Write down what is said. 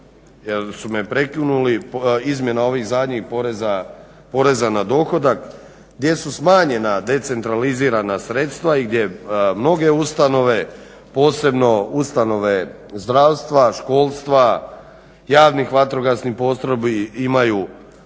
jer su me prekinuli, izmjena ovih zadnjih poreza na dohodak gdje su smanjena decentralizirana sredstva i gdje mnoge ustanove, posebno ustanove zdravstva, školstva, javnih vatrogasnih postrojbi imaju